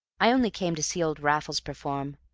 i only came to see old raffles perform.